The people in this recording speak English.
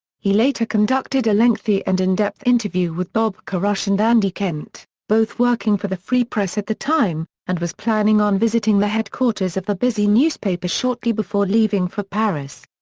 he later conducted a lengthy and in-depth interview with bob chorush and andy kent, both working for the free press at the time, and was planning on visiting the headquarters of the busy newspaper shortly before leaving for paris.